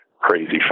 crazy